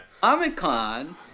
Comic-Con